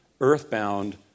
earthbound